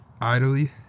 idly